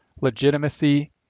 legitimacy